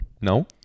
No